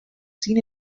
sin